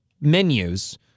menus